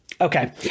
Okay